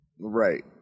right